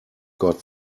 got